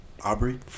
Aubrey